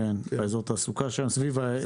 באזור תעשייה שם.